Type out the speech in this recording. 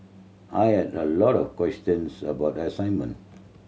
I had a lot of questions about the assignment